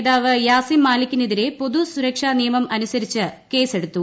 നേതാവ് യാസിം മാലിക്കിനെതിരെ പൊതു സുരക്ഷാ നിയമം അനുസരിച്ച് കേസ് എടുത്തു